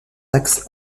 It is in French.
axes